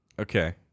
Okay